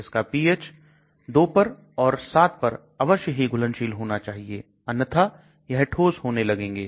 इसको pH 2 पर और 7 पर अवश्य ही घुलनशील होना चाहिए अन्यथा यह ठोस होने लगेगा